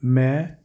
ਮੈਂ